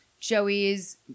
Joey's